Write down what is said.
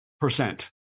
percent